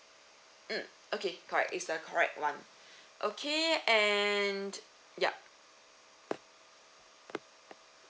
mm okay correct is the correct one okay and yup